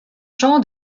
jean